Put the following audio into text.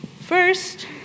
First